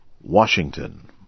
Washington